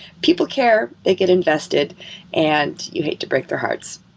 people care, they get invested and you hate to break their hearts